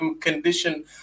condition